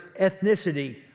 ethnicity